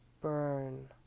burn